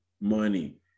money